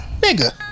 Nigga